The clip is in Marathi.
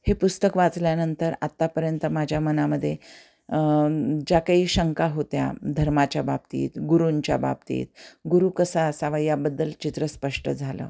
हे पुस्तक वाचल्यानंतर आत्तापर्यंत माझ्या मनामध्ये ज्या काही शंका होत्या धर्माच्या बाबतीत गुरुंच्या बाबतीत गुरु कसा असाव याबद्दल चित्रस्पष्ट झालं